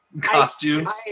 costumes